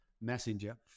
messenger